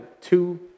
two